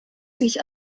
sich